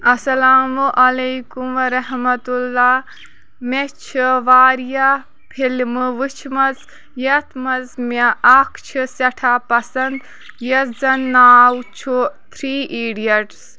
اَسلامُ علیکُم ورحمۃ اللہ مےٚ چھُ واریاہ فلمہٕ وُچھ مَژ یَتھ منٛز مےٚ اکھ چھِ سٮ۪ٹھاہ پسنٛد یَتھ زَن ناو چھُ تھری ایٖڈیٹٕس